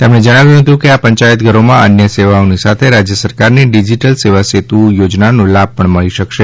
તેમણે જણાવ્યું હતું કે આ પંચાયત ઘરોમાં અન્ય સેવાઓની સાથે રાજ્ય સરકારની ડિજીટલ સેવા સેતુ યોજનાનો લાભ પણ મળશે